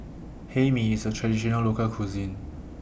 Hae Mee IS A Traditional Local Cuisine